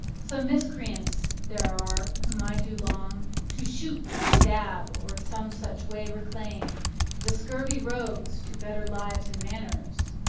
some miscreants there are, whom i do long to shoot, to stab, or some such way reclaim the scurvy rogues to better lives and manners,